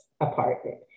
apartment